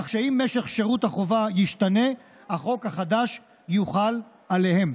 כך שאם משך שירות החובה ישתנה החוק החדש יוחל עליהם.